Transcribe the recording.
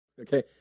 Okay